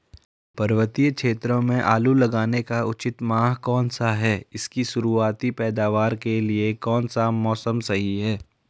पर्वतीय क्षेत्रों में आलू लगाने का उचित माह कौन सा है इसकी शुरुआती पैदावार के लिए कौन सा मौसम सही है?